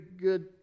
good